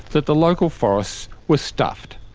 that the local forests were stuffed.